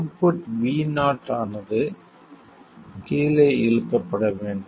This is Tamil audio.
அவுட்புட் vo ஆனது கீழே இழுக்கப்பட வேண்டும்